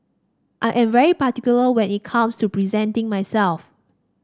I am very particular when it comes to presenting myself